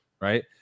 right